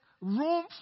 room